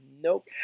nope